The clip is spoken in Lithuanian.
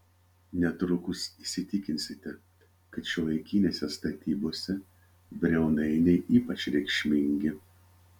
netrukus įsitikinsite kad šiuolaikinėse statybose briaunainiai ypač reikšmingi